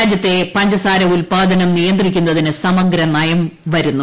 രാജ്യത്തെ പഞ്ച്സാര ഉൽപാദനം നിയന്ത്രിക്കുന്നതിന് സമഗ്ര നയം വരുന്നു